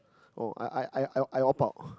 oh I I I I I I opt out